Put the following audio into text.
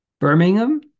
Birmingham